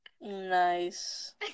nice